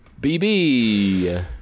BB